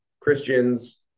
Christians